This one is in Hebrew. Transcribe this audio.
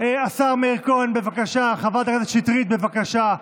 השר מאיר כהן, בבקשה, חברת הכנסת שטרית, בבקשה.